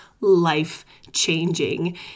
life-changing